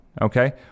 Okay